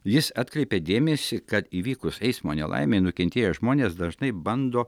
jis atkreipė dėmesį kad įvykus eismo nelaimei nukentėję žmonės dažnai bando